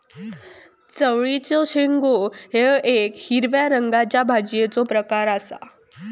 चवळीचे शेंगो हे येक हिरव्या रंगाच्या भाजीचो प्रकार आसा